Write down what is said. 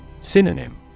Synonym